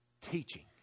teaching